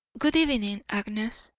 good-evening, agnes.